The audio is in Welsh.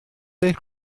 eich